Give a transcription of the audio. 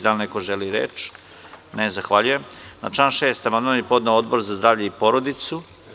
Da li neko želi reč? (Ne.) Na član 6. amandman je podneo Odbor za zdravlje i porodicu.